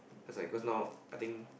as I cause now I think